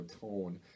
tone